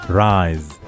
rise